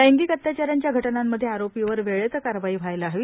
लैंगिक अत्याचारांच्या घटनांमधे आरोपीवर वेळेत कारवाई व्हायला हवी